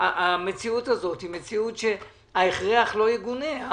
זאת מציאות שבה ההכרח לא יגונה.